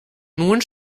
nun